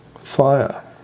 fire